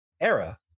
era